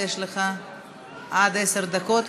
ויש לך עד עשר דקות,